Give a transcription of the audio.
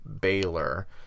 Baylor